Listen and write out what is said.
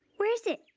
where is it?